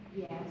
Yes